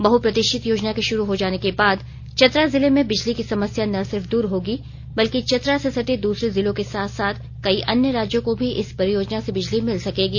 बहप्रतीक्षित योजना के शुरू हो जाने के बाद चतरा जिले में बिजली की समस्या न सिर्फ दूर होगी बल्कि चतरा से सटे दूसरे जिलों के साथ साथ कई अन्य राज्यों को भी इस परियोजना से बिजली मिल सकेगी